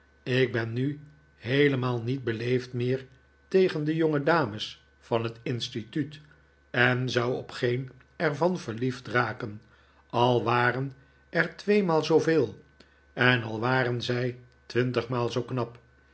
ik ben nu heelemaal niet beleefd meer tegen de jongedames van het instituut en zou op geen er van verliefd raken al waren er tweemaal zooveel en al waren zij twintigmaal zoo knap